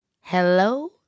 Hello